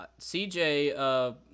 CJ